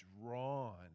drawn